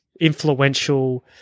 influential